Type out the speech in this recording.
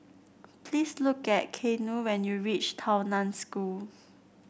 please look at Keanu when you reach Tao Nan School